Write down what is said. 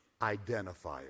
identifier